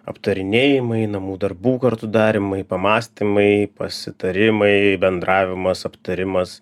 aptarinėjimai namų darbų kartu darymai pamąstymai pasitarimai bendravimas aptarimas